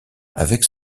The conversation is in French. avec